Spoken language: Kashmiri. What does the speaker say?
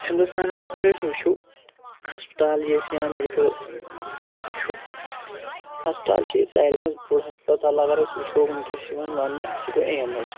ہنٛدوستانَس منٛز اَگر أسۍ وُچھو ہسپتال یہِ ٲسۍ یا میٚڈکٕل قٕصہٕ چھُ ہَسپتال چھِ ییٚتہِ ساروٕے منٛز بوٚڈ ہسپتال اَگر أسۍ وُچھو وُنٛکیٚس چھِ یِوان وَننہٕ سُہ گوٚو ایمٕز